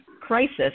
crisis